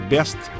Best